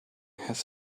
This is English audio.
has